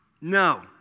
No